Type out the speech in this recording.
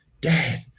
Dad